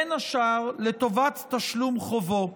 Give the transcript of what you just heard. בין השאר לטובת תשלום חובו.